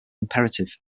imperative